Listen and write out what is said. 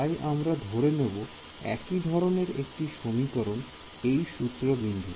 তাই আমরা ধরে নেব একই ধরনের একটি সমীকরণ এই সূত্র বিন্দুতে